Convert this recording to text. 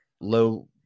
Low